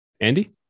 Andy